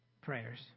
prayers